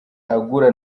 agura